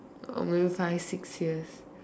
oh maybe five six years